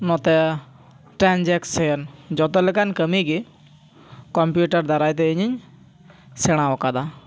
ᱱᱚᱛᱮ ᱴᱨᱟᱝᱡᱮᱠᱥᱮᱱ ᱡᱚᱛᱚ ᱞᱮᱠᱟᱱ ᱠᱟᱹᱢᱤ ᱜᱮ ᱠᱚᱢᱯᱤᱭᱩᱴᱟᱨ ᱫᱟᱨᱟᱡ ᱛᱮ ᱤᱧᱤᱧ ᱥᱮᱬᱟ ᱟᱠᱟᱫᱟ